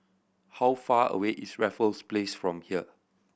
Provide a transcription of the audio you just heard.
how far away is Raffles Place from here